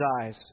eyes